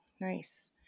Nice